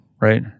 right